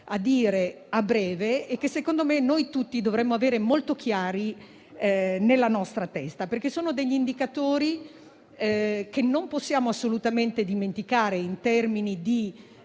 a breve e che, secondo me, noi tutti dovremmo avere molto chiari nella nostra testa. Si tratta di indicatori che non possiamo assolutamente dimenticare in termini